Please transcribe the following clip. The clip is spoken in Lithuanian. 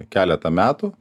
keletą metų